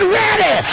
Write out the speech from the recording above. ready